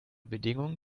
bedingungen